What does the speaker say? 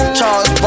Charles